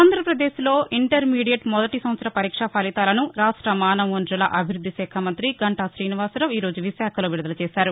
ఆంధ్రాపదేశ్లో intermediate మొదటి సంవత్సర పరీక్షా ఫలితాలను రాష్ట మానవ వనరుల అభివృద్ది శాఖ మంతి గంటా శ్రీనివాసరావు ఈరోజు విశాఖలో విడుదల చేశారు